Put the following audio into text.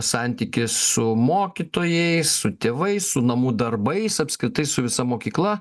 santykis su mokytojais su tėvai su namų darbais apskritai su visa mokykla